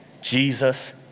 Jesus